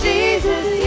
Jesus